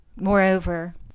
Moreover